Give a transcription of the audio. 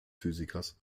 physikers